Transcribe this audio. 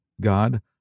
God